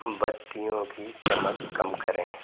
बत्तियों की चमक कम करें